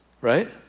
Right